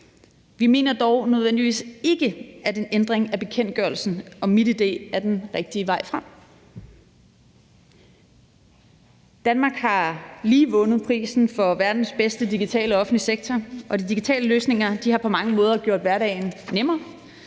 Vi mener dog nødvendigvis ikke, at en ændring af bekendtgørelsen om MitID er den rigtige vej frem. Danmark har lige vundet prisen for verdens bedste digitale offentlige sektor, og de digitale løsninger har på mange måder gjort hverdagen nemmere.